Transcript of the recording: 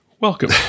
welcome